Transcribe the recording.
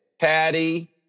Patty